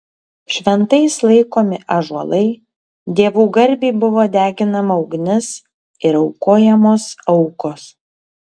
šventais laikomi ąžuolai dievų garbei buvo deginama ugnis ir aukojamos aukos